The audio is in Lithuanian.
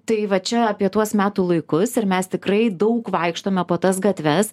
tai va čia apie tuos metų laikus ir mes tikrai daug vaikštome po tas gatves